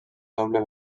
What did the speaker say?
doble